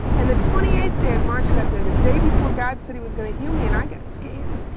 and the twenty eighth day of march got there, the day before god said he was going to heal me, and i got scared.